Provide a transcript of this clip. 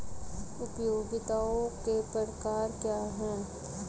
उपयोगिताओं के प्रकार क्या हैं?